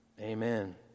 amen